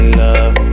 love